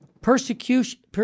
Persecution